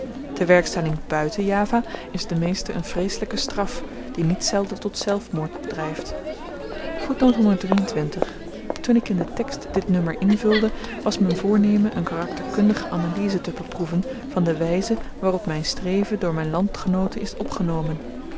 te werkstelling buiten java is den meesten een vreeselyke straf die niet zelden tot zelfmoord dryft toen ik in den tekst dit nummer invulde was m'n voornemen een karakterkundige analyse te beproeven van de wyze waarop myn streven door m'n landgenooten is opgenomen